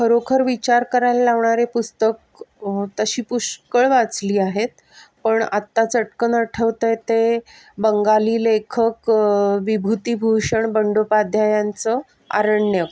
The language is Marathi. खरोखर विचार करायला लावणारे पुस्तक तशी पुष्कळ वाचली आहेत पण आत्ता चटकन आठवतं आहे ते बंगाली लेखक विभूतीभूषण बंडोपाध्यायांचं आरण्यक